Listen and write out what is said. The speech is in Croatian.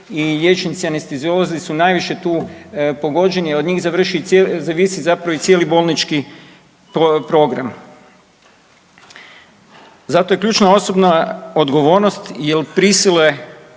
i liječnici anesteziolozi su najviše tu pogođeni. Od njih zavisi zapravo i cijeli bolnički program. Zato je ključna osobna odgovornost jer prisile